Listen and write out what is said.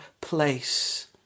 place